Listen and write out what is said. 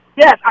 Yes